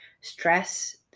stress